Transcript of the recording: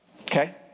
Okay